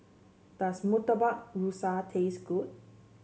does Murtabak Rusa taste good